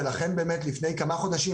ולכן לפני כמה חודשים,